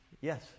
Yes